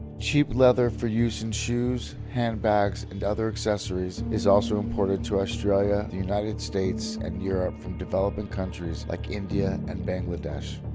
cheap leather for use in shoes, handbags and other accessories is also imported to australia, the united states and europe from developing countries like india and bangladesh.